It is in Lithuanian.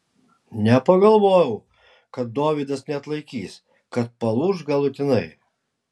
nepagalvojau kad dovydas neatlaikys kad palūš galutinai